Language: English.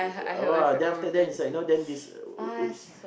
uh !wow! then after then it's like you know then this would